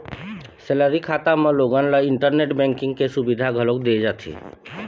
salary खाता म लोगन ल इंटरनेट बेंकिंग के सुबिधा घलोक दे जाथे